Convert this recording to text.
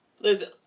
Listen